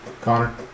Connor